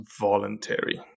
voluntary